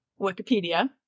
Wikipedia